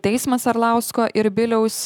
teismas arlausko ir biliaus